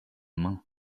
mains